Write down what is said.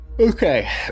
Okay